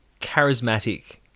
charismatic